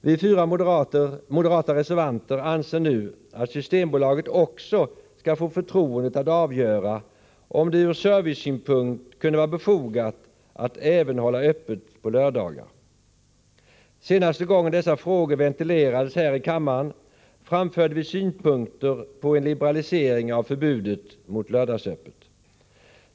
Vi fyra moderata reservanter anser nu att Systembolaget också skall få förtroendet att avgöra om det ur servicesynpunkt kunde vara befogat att även hålla öppet på lördagar. När dessa frågor senast ventilerades här i kammaren framförde vi synpunkter på en liberalisering av förbudet mot lördagsöppet.